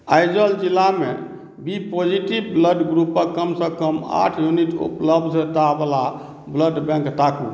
आइजोल जिलामे B positive blood ग्रुपके कमसँ कम आठ यूनिट उपलब्धतावला ब्लड बैँक ताकू